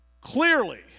Clearly